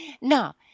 Now